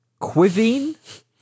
Quivine